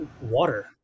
water